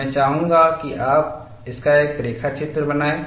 मैं चाहूंगा कि आप इसका एक रेखाचित्र बनाएं